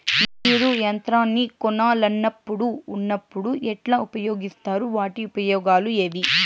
మీరు యంత్రాన్ని కొనాలన్నప్పుడు ఉన్నప్పుడు ఎట్లా ఉపయోగిస్తారు వాటి ఉపయోగాలు ఏవి?